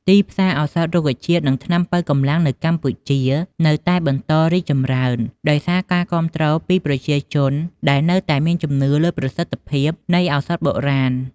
ទីផ្សារឱសថរុក្ខជាតិ និងថ្នាំប៉ូវកម្លាំងនៅកម្ពុជានៅតែបន្តរីកចម្រើន ដោយសារការគាំទ្រពីប្រជាជនដែលនៅតែមានជំនឿលើប្រសិទ្ធភាពនៃឱសថបុរាណ។